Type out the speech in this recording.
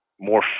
more